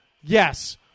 Yes